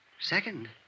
Second